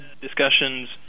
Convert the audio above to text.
discussions